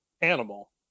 animal